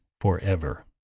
forever